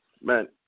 Man